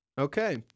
okay